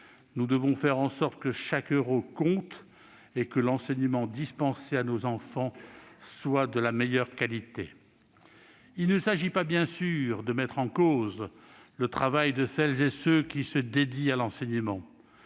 Nous devons faire en sorte que chaque euro compte et que l'enseignement dispensé à nos enfants soit de la meilleure qualité. Il ne s'agit pas de mettre en cause le travail de celles et ceux qui se dédient à l'enseignement,